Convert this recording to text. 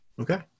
Okay